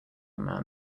man